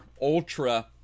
ultra